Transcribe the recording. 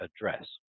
address